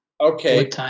Okay